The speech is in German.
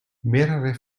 mehrere